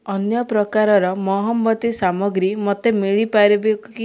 ଅନ୍ୟ ପ୍ରକାରର ମହମବତୀ ସାମଗ୍ରୀ ମୋତେ ମିଳିପାରିବେ କି